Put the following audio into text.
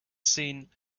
seen